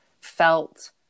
felt